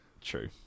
True